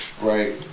Right